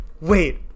wait